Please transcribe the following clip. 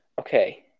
Okay